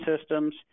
systems